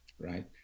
right